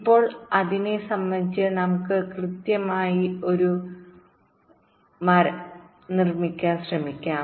ഇപ്പോൾ അതിനെ സംബന്ധിച്ച് നമുക്ക് ക്രമമായി ഒരു മരം നിർമ്മിക്കാൻ ശ്രമിക്കാം